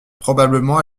probablement